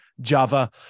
Java